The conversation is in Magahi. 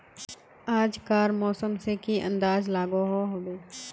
आज कार मौसम से की अंदाज लागोहो होबे?